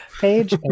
page